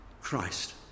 Christ